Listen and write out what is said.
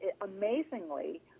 amazingly